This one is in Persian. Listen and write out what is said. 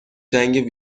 جنگ